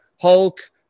Hulk